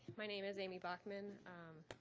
my name is ammie bachman.